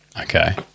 Okay